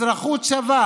אזרחות שווה